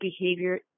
behavior